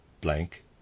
blank